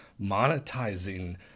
monetizing